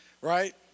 right